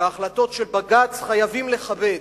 והחלטות של בג"ץ חייבים לכבד.